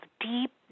deep